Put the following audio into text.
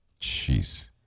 Jeez